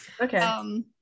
Okay